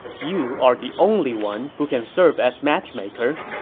you are the only one who can serve as matchmaker.